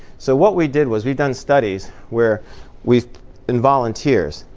so what we did was we've done studies where we've been volunteers.